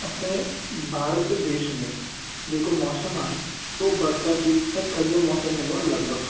असांजे भारत देश में जेको मौसमु आहे हू बरसाती ऐं थधो मौसमु हूंदो आहे लॻभॻि